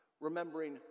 Remembering